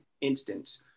instance